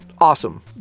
awesome